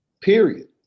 Period